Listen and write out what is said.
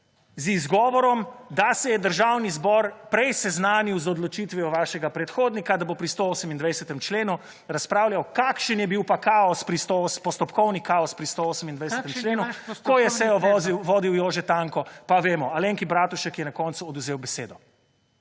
Z izgovorom, da se je Državni zbor prej seznanil z odločitvijo vašega predhodnika, da bo pri 128. členu razpravljal. Kakšen je bil pa postopkovni kaos pri 128. členu, ko je sejo vodil Jože Tanko, pa vemo. Alenki Bratušek je na koncu odvzel besedo.